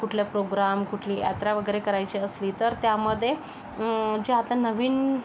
कुठल्या प्रोग्राम कुठली यात्रा वगैरे करायची असली तर त्यामध्ये जे आता नवीन